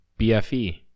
BFE